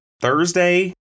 Thursday